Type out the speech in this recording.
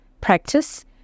practice